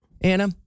Anna